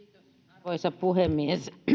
arvoisa puhemies